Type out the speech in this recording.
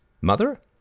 Mother